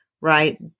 right